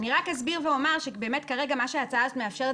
אני רק אסביר ואומר שכרגע מה שההצעה הזאת מאפשרת